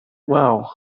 well